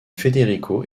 federico